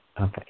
Okay